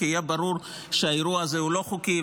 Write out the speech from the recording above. כי יהיה ברור שהאירוע הזה הוא לא חוקי,